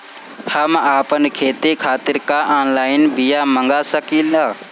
हम आपन खेती खातिर का ऑनलाइन बिया मँगा सकिला?